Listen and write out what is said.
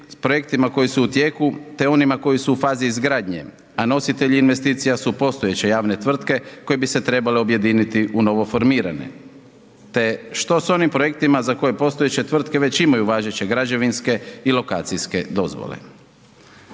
projektima koji su u tijeku te onima koji su u fazi izgradnje a nositelji investicija su postojeće javne tvrtke koje bi se trebale objediniti u novo formirane. Te što s onim projektima za koje postojeće tvrtke već imaju važeće građevinske i lokacijske dozvole.